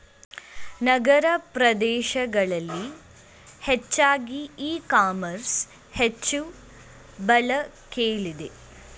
ನಗರ ಪ್ರದೇಶಗಳಲ್ಲಿ ಹೆಚ್ಚಾಗಿ e commerce ಹೆಚ್ಚು ಬಳಕೆಲಿದೆ